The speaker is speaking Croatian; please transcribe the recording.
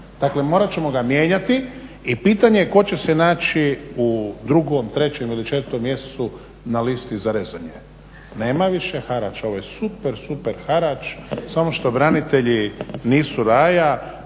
morati ćemo ga mijenjati. I pitanje je tko će se naći u drugom, trećem ili četvrtom mjesecu na listi za rezanje. Nema više harača, ovo je super, super harač samo što branitelji nisu raja